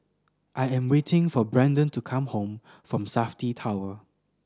I am waiting for Branden to come home from Safti Tower